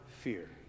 fear